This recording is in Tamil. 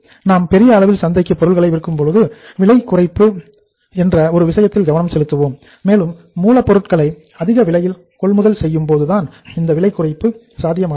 நாம் பெரிய அளவில் சந்தையில் பொருட்களை விற்கும் பொழுது விலை குறைப்பு என்ற ஒரு விஷயத்தில் கவனம் செலுத்துவோம் மேலும் மூலப் பொருட்களை அதிக அளவில் கொள்முதல் செய்யும் பொழுதுதான் இந்த விலை குறைப்பு சாத்தியமாகிறது